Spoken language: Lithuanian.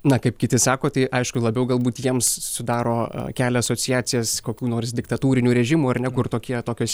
na kaip kiti sako tai aišku labiau galbūt jiems sudaro kelia asociacijas kokių nors diktatūrinių režimų ar ne kur tokie tokios